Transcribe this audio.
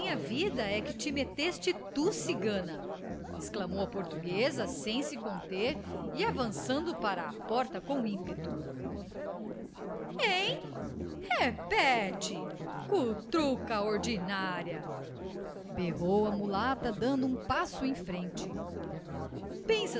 vida é que te meteste tu cigana exclamou a portuguesa sem se conter e avançando para a porta com ímpeto hein repete cutruca ordinária berrou a mulata dando um passo em frente